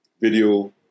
video